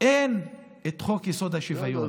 אין את חוק-יסוד: השוויון.